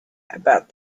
about